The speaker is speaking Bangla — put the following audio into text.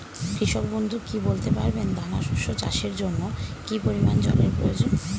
কৃষক বন্ধু কি বলতে পারবেন দানা শস্য চাষের জন্য কি পরিমান জলের প্রয়োজন?